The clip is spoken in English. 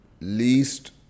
least